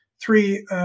three